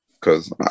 Cause